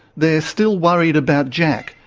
they're still worried about jack,